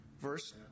verse